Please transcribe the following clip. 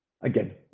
Again